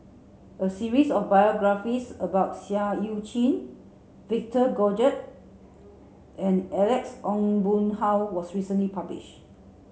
a series of biographies about Seah Eu Chin Victor Doggett and Alex Ong Boon Hau was recently publish